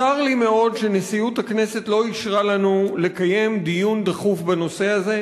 צר לי מאוד שנשיאות הכנסת לא אישרה לנו לקיים דיון דחוף בנושא הזה,